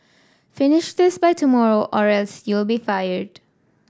finish this by tomorrow or else you'll be fired